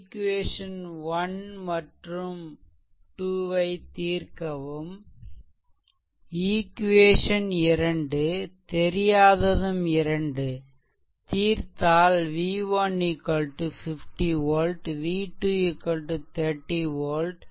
equation 1 மற்றும் 2 ஐ தீர்க்கவும் இரண்டு ஈக்வேஷன் இரண்டு தெரியாததும் இரண்டுதீர்த்தால் v1 50 volt v2 30 volt i1 v1 5